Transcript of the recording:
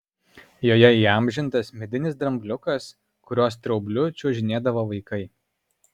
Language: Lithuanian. joje įamžintas medinis drambliukas kurio straubliu čiuožinėdavo vaikai